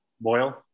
Boyle